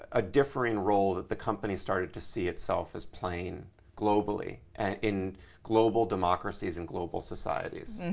ah differing role that the company started to see itself as playing globally and in global democracies and global societies.